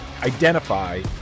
identify